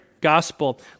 gospel